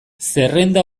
zerrenda